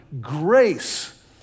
Grace